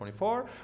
24